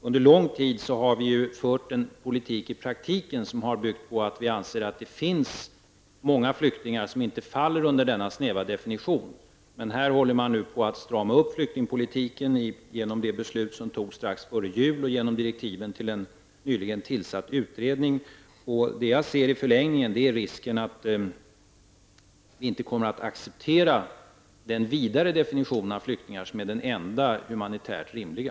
Under lång tid har vi i praktiken fört en politik, som har byggt på att vi anser att det finns många flyktingar som inte faller in under den snäva definitionen. Här håller man nu på att strama upp flyktingpolitiken genom det beslut som fattades före jul och genom direktiven till en nyligen tillsatt utredning. I förlängningen ser jag risken att vi inte kommer att acceptera den vidare definition av flyktingar som är den enda humanitärt rimliga.